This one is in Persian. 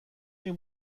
این